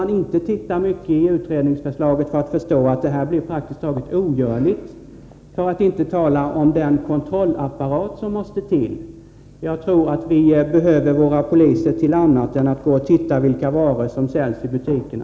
Man behöver inte titta mycket i utredningsförslaget för att förstå att ett genomförande skulle bli praktiskt taget ogörligt — för att inte tala om den kontrollapparat som måste till. Jag tror att vi behöver våra poliser till annat än till att kontrollera vilka varor som säljs i butikerna.